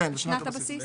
"בשנת הבסיס"?